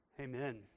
Amen